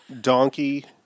Donkey